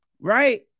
right